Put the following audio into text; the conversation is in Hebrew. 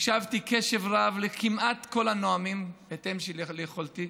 הקשבתי בקשב רב כמעט לכל הנואמים, בהתאם ליכולתי,